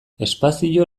espazio